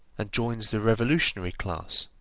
and joins the revolutionary class,